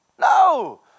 No